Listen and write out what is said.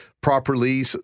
properly